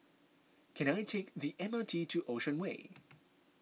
can I take the M R T to Ocean Way